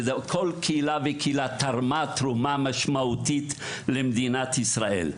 כל קהילה וקהילה תרמה תרומה משמעותית למדינת ישראל.